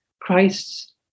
Christ's